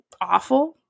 awful